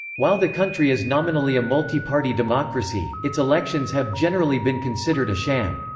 while the country is nominally a multiparty democracy, its elections have generally been considered a sham.